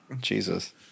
Jesus